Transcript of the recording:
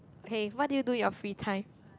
okay what do you do in your free time